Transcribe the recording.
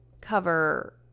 cover